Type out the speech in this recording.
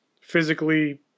physically